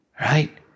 right